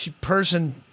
person